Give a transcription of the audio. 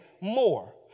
more